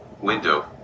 Window